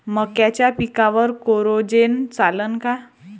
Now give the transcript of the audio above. मक्याच्या पिकावर कोराजेन चालन का?